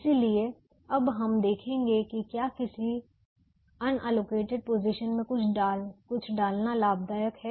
इसलिए अब हम देखेंगे कि क्या किसी अनएलोकेटेड पोजीशन में कुछ डालना लाभदायक है